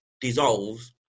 dissolves